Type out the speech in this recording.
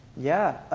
yeah,